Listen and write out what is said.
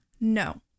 No